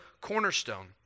cornerstone